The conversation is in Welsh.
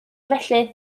felly